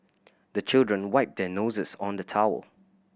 the children wipe their noses on the towel